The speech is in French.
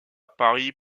paris